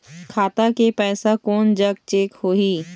खाता के पैसा कोन जग चेक होही?